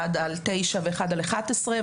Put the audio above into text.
אחד על תשע, ואחד על אחת עשרה.